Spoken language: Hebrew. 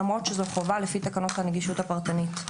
למרות שזאת חובה לפי תקנות הנגישות הפרטנית.